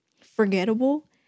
forgettable